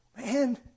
man